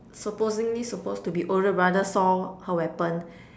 supposingly supposed to be older brother saw her weapon